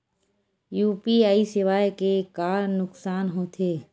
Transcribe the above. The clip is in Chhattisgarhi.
यू.पी.आई सेवाएं के का नुकसान हो थे?